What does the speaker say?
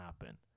happen